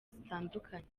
zitandukanye